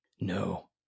No